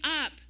up